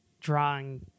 drawing